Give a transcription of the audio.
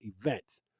events